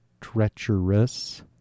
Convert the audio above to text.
treacherous